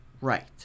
Right